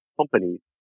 companies